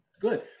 good